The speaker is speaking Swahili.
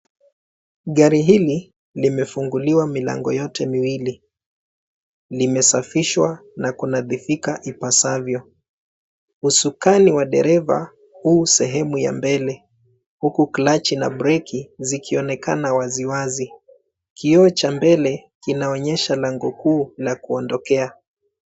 Gari hili, limefunguliwa milango yote miwili, limesafishwa na kuna dhifika ipasavyo. Usukani wa dereva huu sehemu ya mbele huku klachi na breki zikionekana wazi wazi. Kioo cha mbele, kinaonyesha lango kuu la kuondokea.